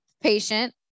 Patient